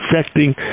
affecting